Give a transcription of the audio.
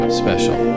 special